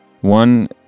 one